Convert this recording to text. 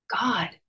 God